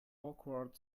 awkward